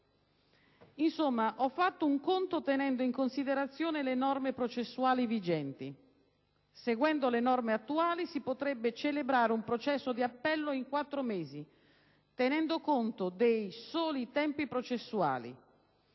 Insomma, ho fatto un conto tenendo in considerazione le norme processuali vigenti. Seguendo le norme attuali si potrebbe celebrare un processo d'appello in quattro mesi, tenendo conto dei soli tempi processuali.